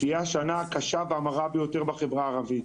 תהיה השנה הקשה והמרה ביותר של מקרי רצח בחברה הערבית.